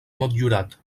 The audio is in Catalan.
motllurat